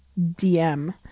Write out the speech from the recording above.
DM